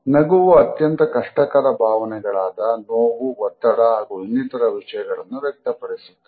ನಗುವು ಅತ್ಯಂತ ಕಷ್ಟಕರ ಭಾವನೆಗಳಾದ ನೋವು ಒತ್ತಡ ಹಾಗೂ ಇನ್ನಿತರ ವಿಷಯಗಳನ್ನು ವ್ಯಕ್ತಪಡಿಸುತ್ತದೆ